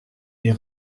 est